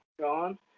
gone